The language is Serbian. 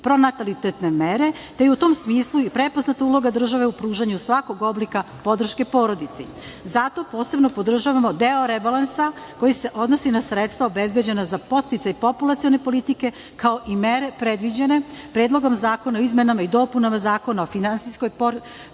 pronatalitetne mere, te je u tom smislu i prepoznata uloga države u pružanju svakog oblika podrške porodici. Zato posebno podržavamo deo rebalansa koji se odnosi na sredstva obezbeđena za podsticaj populacione politike, kao i mere predviđene Predlogom zakona o izmenama i dopunama Zakona o finansijskoj podršci